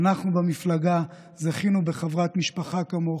אנחנו במפלגה זכינו בחברת משפחה כמוך,